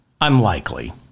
Unlikely